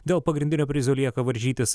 dėl pagrindinio prizo lieka varžytis